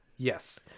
yes